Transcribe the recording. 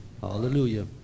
Hallelujah